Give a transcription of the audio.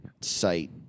site